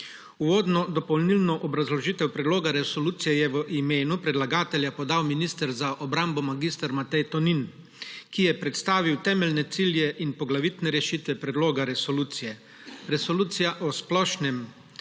Uvodno dopolnilno obrazložitev predloga resolucije je v imenu predlagatelja podal minister za obrambo mag. Matej Tonin, ki je predstavil temeljne cilje in poglavitne rešitve predloga resolucije. Resolucija o splošnem